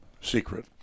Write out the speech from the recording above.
secret